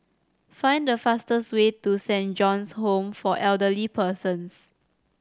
find the fastest way to Saint John's Home for Elderly Persons